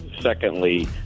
Secondly